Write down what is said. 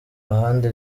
ahandi